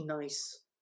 nice